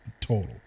total